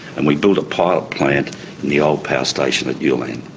and we built a pilot plant in the old power station at ulan.